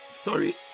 Sorry